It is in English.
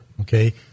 okay